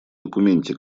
документе